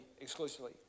exclusively